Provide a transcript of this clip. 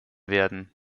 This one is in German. werden